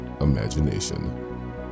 imagination